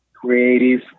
creative